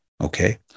Okay